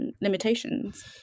limitations